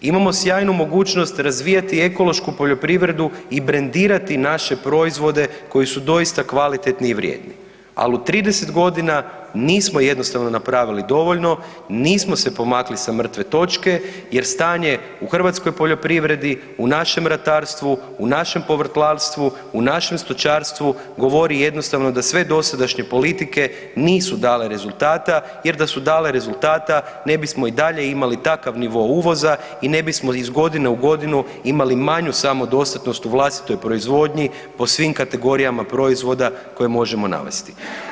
Imamo sjajnu mogućnost razvijati ekološku poljoprivredu i brendirati naše proizvode koji su doista kvalitetni i vrijedni, ali u 30 godina nismo jednostavno napravili dovoljno, nismo se pomakli sa mrtve točke jer stanje u hrvatskoj poljoprivredi u našem ratarstvu u našem povrtlarstvu, u našem stočarstvu govori jednostavno da sve dosadašnje politike nisu dale rezultata, jer da su dale rezultata ne bismo i dalje imali takav nivo uvoza i ne bismo iz godine u godinu imali manju samodostatnost u vlastitoj proizvodnji po svim kategorijama proizvoda koje možemo navesti.